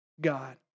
God